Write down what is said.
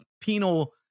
penal